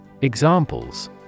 Examples